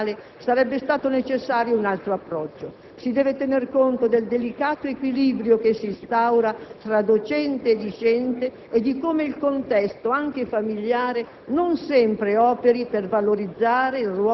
In particolare, sull'incompatibilità ambientale sarebbe stato necessario un altro approccio. Si deve tener conto del delicato equilibrio che si instaura tra docente e discente e di come il contesto, anche familiare,